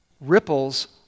Ripples